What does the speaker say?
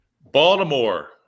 Baltimore